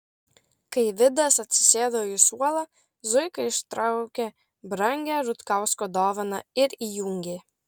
kai vidas atsisėdo į suolą zuika ištraukė brangią rutkausko dovaną ir įjungė